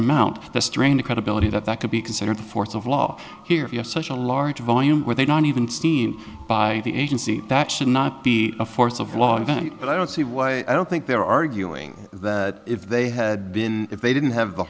amount the strained credibility that that could be considered a force of law here if you have such a large volume where they don't even seem by the agency that should not be a force of law but i don't see why i don't think they're arguing that if they had been if they didn't have the